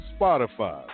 Spotify